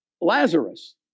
Lazarus